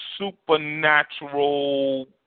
supernatural